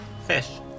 Fish